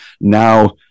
Now